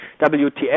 WTF